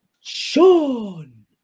Sean